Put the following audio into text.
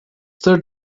third